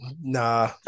Nah